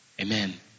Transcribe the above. Amen